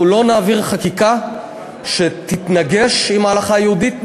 אנחנו לא נעביר חקיקה שתתנגש עם ההלכה היהודית,